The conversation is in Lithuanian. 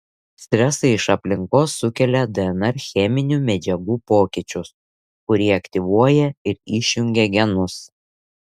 stresai iš aplinkos sukelia dnr cheminių medžiagų pokyčius kurie aktyvuoja ir išjungia genus